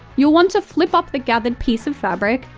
you'll want to flip up the gathered piece of fabric,